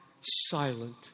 silent